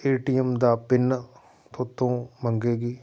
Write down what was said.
ATM ਦਾ pin ਤੁਹਾਤੋਂ ਮੰਗੇਗੀ